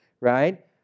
right